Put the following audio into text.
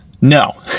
No